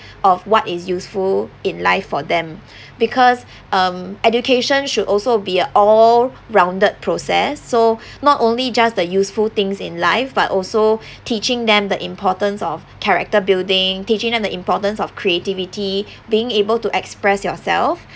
of what is useful in life for them because um education should also be a all rounded process so not only just the useful things in life but also teaching them the importance of character building teaching them the importance of creativity being able to express yourself